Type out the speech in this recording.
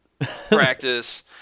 practice